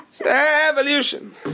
Evolution